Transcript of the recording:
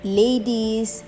ladies